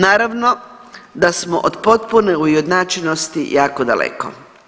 Naravno da smo od potpune ujednačenosti jako daleko.